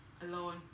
alone